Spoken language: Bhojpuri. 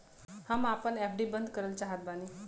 हम आपन एफ.डी बंद करल चाहत बानी